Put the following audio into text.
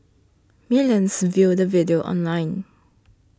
millions viewed the video online